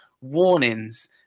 warnings